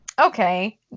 okay